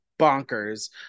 bonkers